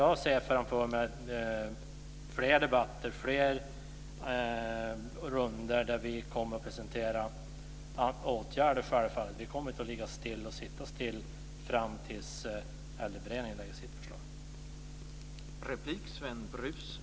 Jag ser framför mig fler debattrundor där vi kommer att presentera olika åtgärder. Vi kommer inte att sitta still fram till dess att Äldreberedningen lägger fram sitt förslag.